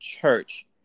church